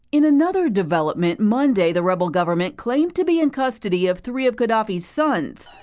in another development, monday the rebel government claimed to be in custody of three of gadhafi's sons,